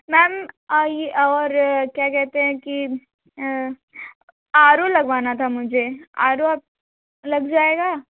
ma'am आई और क्या कहते है कि आर ओ लगवाना था मुझे आर ओ आप लग जाएगा